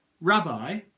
Rabbi